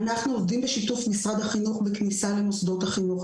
אנחנו עובדים בשיתוף משרד החינוך בכניסה למוסדות החינוך,